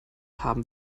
haben